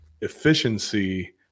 efficiency